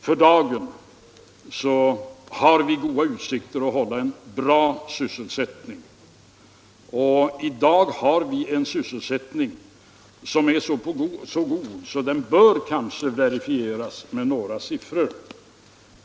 För dagen har vi goda utsikter att hålla en bra sysselsättning, och i dag har vi en sysselsättning som är så god att den kanske bör verifieras med några siffror.